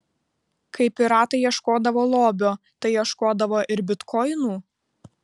kai piratai ieškodavo lobio tai ieškodavo ir bitkoinų